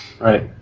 Right